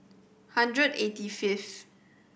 hundred and eighty fifth